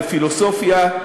בפילוסופיה,